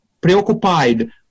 preoccupied